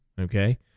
Okay